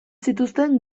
zituzten